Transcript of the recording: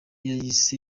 yayise